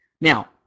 Now